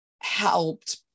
helped